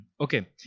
Okay